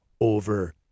over